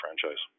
franchise